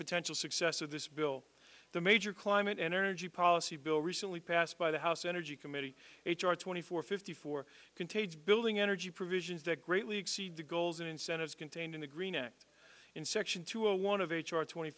potential success of this bill the major climate energy policy bill recently passed by the house energy committee h r twenty four fifty four contains building energy provisions that greatly exceed the goals and incentives contained in the green act in section two a one of h r twenty